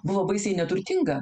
buvo baisiai neturtinga